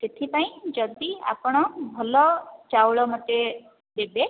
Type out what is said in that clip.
ସେଥିପାଇଁ ଯଦି ଆପଣ ଭଲ ଚାଉଳ ମୋତେ ଦେବେ